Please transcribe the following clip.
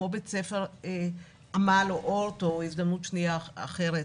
כמו בית ספר עמל או אורט או הזדמנות שנייה אחרת.